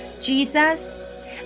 Jesus